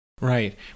Right